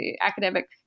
academic